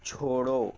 छोड़ो